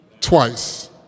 twice